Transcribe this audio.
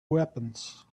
weapons